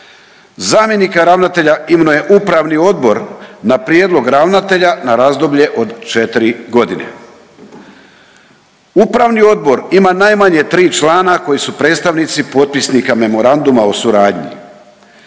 zamjenika ravnatelja imenuje upravni odbor na prijedlog ravnatelja na razdoblje od četiri godine. Upravni odbor ima najmanje tri člana koji su predstavnici potpisnika memoranduma o suradnji.